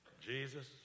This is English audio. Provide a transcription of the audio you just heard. Jesus